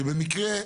שבמקרה,